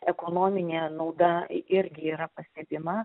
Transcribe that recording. ekonominė nauda irgi yra pastebima